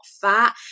fat